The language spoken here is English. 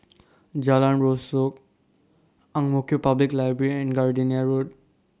Jalan Rasok Ang Mo Kio Public Library and Gardenia Road